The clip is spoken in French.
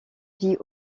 vit